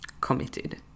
committed